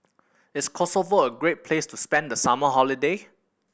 is Kosovo a great place to spend the summer holiday